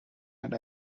had